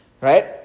Right